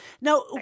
Now